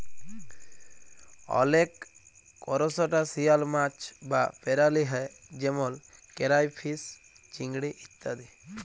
অলেক করসটাশিয়াল মাছ বা পেরালি হ্যয় যেমল কেরাইফিস, চিংড়ি ইত্যাদি